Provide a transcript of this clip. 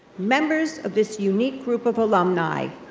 members of this unique group of alumni,